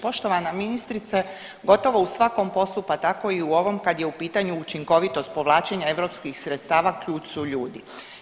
Poštovana ministrice, gotovo u svakom poslu, pa tako i u ovom, kad je u pitanju učinkovitost povlačenja EU sredstava, ključ su ljudi.